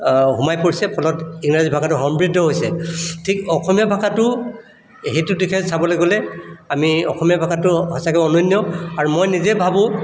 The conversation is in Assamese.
সোমাই পৰিছে ফলত ইংৰাজী ভাষাটো সমৃদ্ধ হৈছে ঠিক অসমীয়া ভাষাটো সেইটো দিশে চাবলৈ গ'লে আমি অসমীয়া ভাষাটো সঁচাকৈ অনন্য আৰু মই নিজে ভাবোঁ